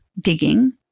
digging